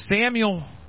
Samuel